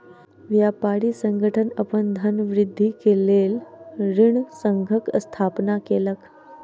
व्यापारी संगठन अपन धनवृद्धि के लेल ऋण संघक स्थापना केलक